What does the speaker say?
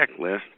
checklist